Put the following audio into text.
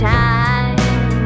time